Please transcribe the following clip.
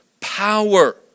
power